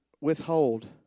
withhold